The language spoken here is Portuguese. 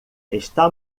está